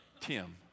Tim